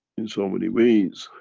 in so many ways,